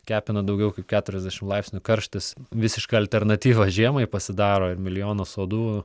kepina daugiau kaip keturiasdešim laipsnių karštis visiška alternatyva žiemai pasidaro ir milijonas uodų